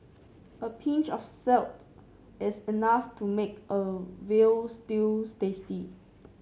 a pinch of is enough to make a veal stew tasty